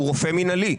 הוא רופא מינהלי.